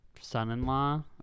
son-in-law